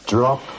Drop